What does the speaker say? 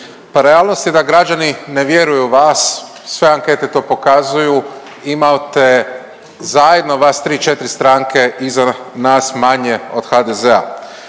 Pa realnost je da građani ne vjeruju u vas, sve ankete to pokazuju. Imate zajedno vas 3, 4 stranke iza nas manje od HDZ-a.